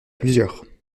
plusieurs